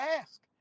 ask